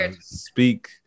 speak